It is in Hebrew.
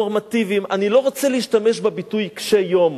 נורמטיביים, אני לא רוצה להשתמש בביטוי "קשי יום",